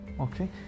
okay